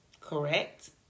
Correct